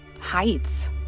Heights